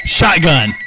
Shotgun